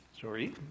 Sorry